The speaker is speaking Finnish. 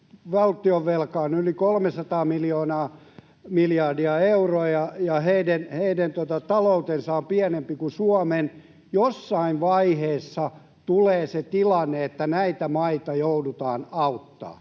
valtionvelka on yli 300 miljardia euroa, ja heidän taloutensa on pienempi kuin Suomen. Jossain vaiheessa tulee se tilanne, että näitä maita joudutaan auttamaan.